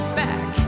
back